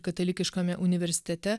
katalikiškame universitete